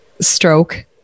stroke